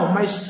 Mas